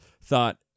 thought